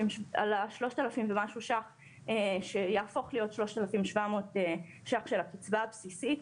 ומשהו ₪ שיהפוך להיות 3,700 ₪ של הקצבה הבסיסית,